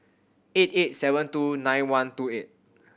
eight eight seven two nine one two eight